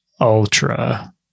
ultra